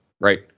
right